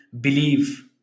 believe